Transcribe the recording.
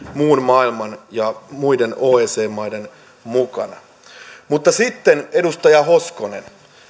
muun maailman ja muiden oecd maiden mukana mutta sitten edustaja hoskonen